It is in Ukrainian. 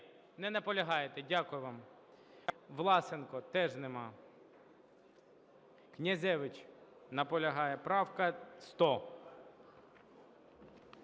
Не наполягаєте. Дякую вам. Власенко. Теж нема. Князевич. Наполягає. Правка 100.